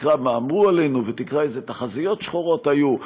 תקרא מה אמרו עלינו ותקרא איזה תחזיות שחורות היו,